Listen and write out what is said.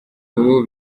ubu